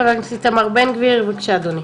חבר הכנסת איתמר בן גביר, בבקשה אדוני.